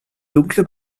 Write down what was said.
dunkle